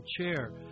chair